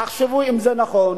תחשבו אם זה נכון,